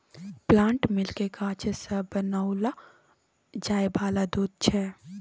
plant milk गाछ सँ बनाओल जाय वाला दूध छै